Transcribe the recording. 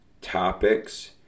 topics